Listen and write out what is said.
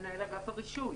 מנהל אגף הרישוי.